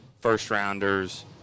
first-rounders